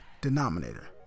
denominator